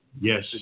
Yes